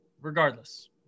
regardless